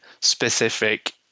specific